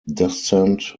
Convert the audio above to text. descent